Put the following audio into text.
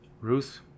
Ruth